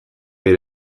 vid